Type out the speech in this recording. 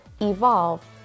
evolve